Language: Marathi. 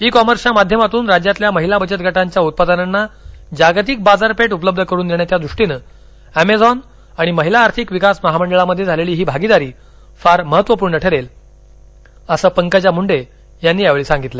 ई कॉमर्सच्या माध्यमातून राज्यातील महिला बचतगटांच्या उत्पादनांना जागतिक बाजारपेठ उपलब्ध करुन देण्याच्या दृष्टीनं एमेझॉन आणि महिला आर्थिक विकास महामंडळामध्ये झालेली ही भागीदारी फार महत्त्वपूर्ण ठरेल असं पंकजा मुंडे यांनी यावेळी सांगितलं